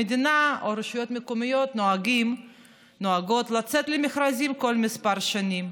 המדינה או הרשויות המקומיות נוהגות לצאת למכרזים כל כמה שנים.